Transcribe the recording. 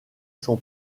son